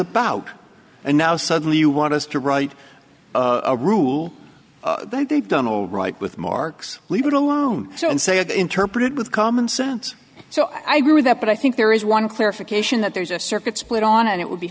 about and now suddenly you want us to write a rule that they've done all right with marx leave it alone so and say i interpreted with common sense so i read that but i think there is one clarification that there's a circuit split on and it would be